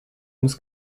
ums